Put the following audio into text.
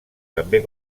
també